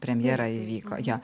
premjera įvyko jo